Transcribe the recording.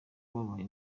babaye